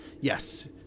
Yes